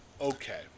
okay